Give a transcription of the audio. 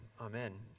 amen